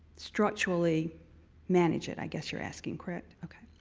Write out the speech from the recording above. structurally manage it, i guess you're asking, correct? okay.